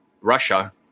Russia